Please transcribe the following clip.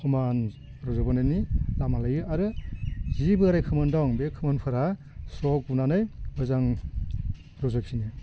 समान रज'बोनायनि लामा आरो जि बोराय खोमोन दं बे खोमोनफ्रा स्र गुनानै मोजां रज'फिनो